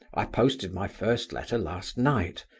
i posted my first letter last night,